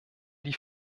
die